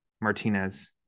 Martinez